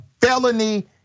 felony